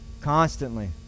constantly